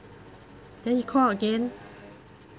then he call again